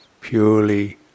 purely